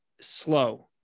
slow